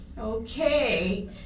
Okay